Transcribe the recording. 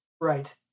Right